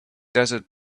desert